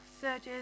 surges